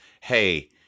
hey